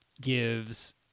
gives